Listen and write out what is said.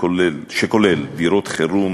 שכולל דירות חירום,